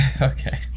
okay